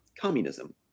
communism